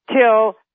till